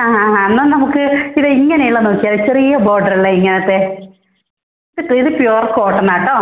ആ ഹാ ഹാ എന്നാൽ നമുക്ക് ഇത് ഇങ്ങനെയുള്ള നോക്കിയാലോ ചെറിയ ബോർഡറുള്ള ഇങ്ങനത്തെ ഇത് ഇത് പ്യുവർ കോട്ടനാണ് കേട്ടോ